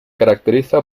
caracteriza